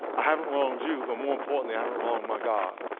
i haven't wronged you but more importantly i haven't wronged my god.